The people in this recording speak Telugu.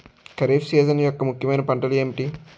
ఖరిఫ్ సీజన్ యెక్క ముఖ్యమైన పంటలు ఏమిటీ?